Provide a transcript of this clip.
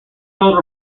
told